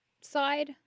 side